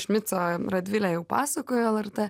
šmico radvilė jau pasakojo lrt